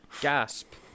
Gasp